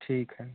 ठीक है